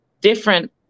different